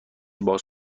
باز